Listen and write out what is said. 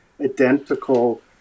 identical